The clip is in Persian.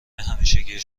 همیشگی